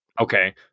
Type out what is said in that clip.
Okay